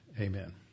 amen